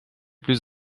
plus